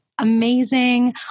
Amazing